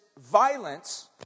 violence